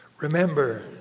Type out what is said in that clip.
Remember